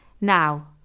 Now